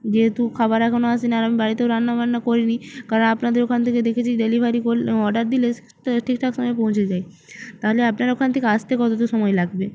যেহেতু খাবার এখনো আসেনি আর আমি বাড়িতেও রান্না বান্না করিনি কারণ আপনাদের ওখান থেকে দেখেছি ডেলিভারি করলে অর্ডার দিলে ঠিকঠাক সমইয়র পৌঁছে যায় তাহলে আপনার ওখান থেকে আসতে কতোটা সময় লাগবে